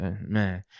man